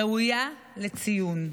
ראויים לציון.